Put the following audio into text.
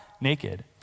naked